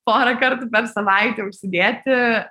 porą kartų per savaitę užsidėti